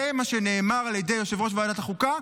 זה מה שנאמר על ידי יושב-ראש ועדת החוקה,